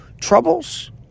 troubles